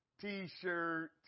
T-shirt